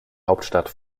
hauptstadt